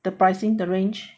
the pricing the range